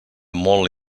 molt